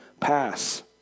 pass